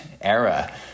era